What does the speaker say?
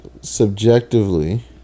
subjectively